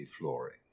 flooring